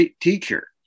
teacher